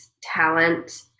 talent